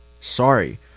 sorry